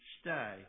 stay